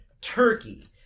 Turkey